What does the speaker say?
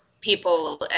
people